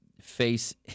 face